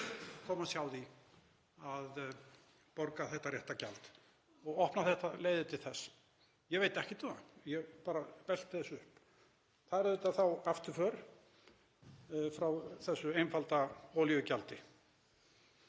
komast hjá því að borga þetta gjald og opnar þetta leiðir til þess? Ég veit ekkert um það. Ég bara velti þessu upp. Það er þá auðvitað afturför frá þessu einfalda olíugjaldi.